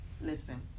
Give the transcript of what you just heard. listen